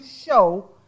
show